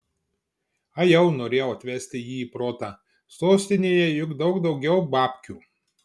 ajau norėjau atvesti jį į protą sostinėje juk daug daugiau babkių